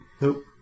nope